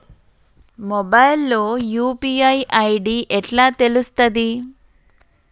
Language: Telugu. మొబైల్ లో యూ.పీ.ఐ ఐ.డి ఎట్లా తెలుస్తది?